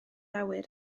awyr